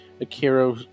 Akira